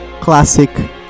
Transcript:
classic